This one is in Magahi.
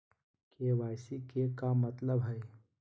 के.वाई.सी के का मतलब हई?